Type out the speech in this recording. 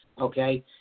okay